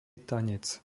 tanec